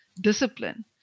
discipline